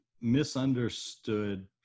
misunderstood